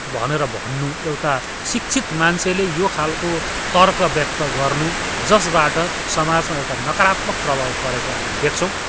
भनेर भन्नु एउटा शिक्षित मान्छेले यो खालको तर्क व्यक्त गर्नु जसबाट समाजमा एउटा नकारात्मक प्रभाव परेको हामी देख्छौँ